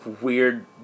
weird